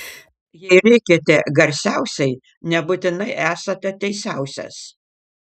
jei rėkiate garsiausiai nebūtinai esate teisiausias